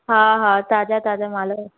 हा हा ताज़ा ताज़ा माल रखया